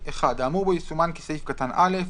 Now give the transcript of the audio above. (1)האמור בו יסומן כסעיף קטן "(א)",